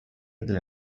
della